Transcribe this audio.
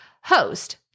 host